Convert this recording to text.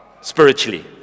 spiritually